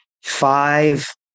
five